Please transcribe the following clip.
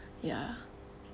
ya